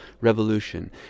Revolution